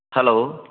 hello